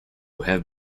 have